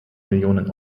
millionen